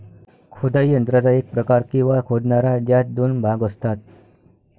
खोदाई यंत्राचा एक प्रकार, किंवा खोदणारा, ज्यात दोन भाग असतात